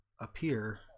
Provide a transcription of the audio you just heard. appear